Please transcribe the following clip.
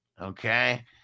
Okay